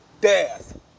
Death